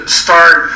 start –